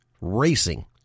racing